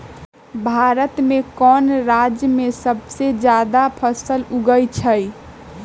भारत में कौन राज में सबसे जादा फसल उगई छई?